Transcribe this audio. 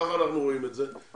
ככה אנחנו רואים את זה,